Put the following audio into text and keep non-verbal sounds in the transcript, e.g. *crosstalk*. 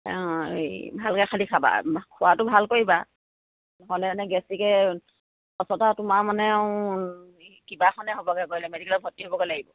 অঁ এই ভালকে খালী খাবা খোৱাটো ভাল কৰিবা নহ'লে এনে *unintelligible* তোমাৰ মানে কিবাখনে হ'বগে কলে মেডিকেলৰ ভৰ্তি হ'বগে লাগিব